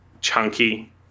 chunky